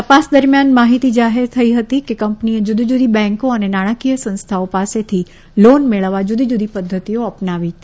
તપાસ દરમ્યાન એવી માહિતી જાહેર થઇ હતી કે કંપનીએ જુદીજુદી બેન્કો અને નાણાકીય સંસ્થાઓ પાસેથી લોન મેળવવા જુદીજુદી પદ્ધતિઓ અપનાવી હતી